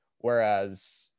whereas